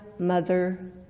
Mother